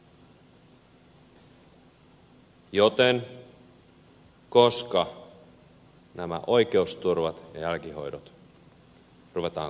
koska nämä oikeusturvat ja jälkihoidot ruvetaan korvaamaan kunnolla